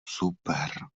super